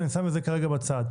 אני שם את זה כרגע בצד,